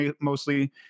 mostly